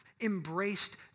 embraced